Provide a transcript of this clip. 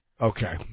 Okay